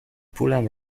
پولم